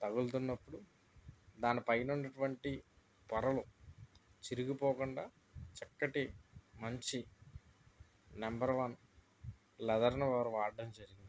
తగులుతున్నప్పుడు దాని పైన ఉన్నటువంటి పొరలు చినిగిపోకుండా చక్కటి మంచి నెంబర్ వన్ లెదర్ను వారు వాడడం జరిగింది